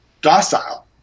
docile